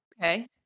Okay